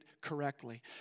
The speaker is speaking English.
correctly